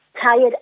tired